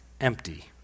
empty